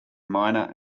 miner